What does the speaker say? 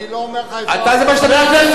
אני לא אומר שאפרע חוק, זה מה שאתה מציע.